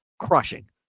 crushing